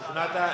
שוכנעת?